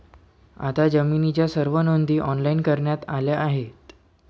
आता जमिनीच्या सर्व नोंदी ऑनलाइन करण्यात आल्या आहेत